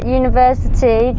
university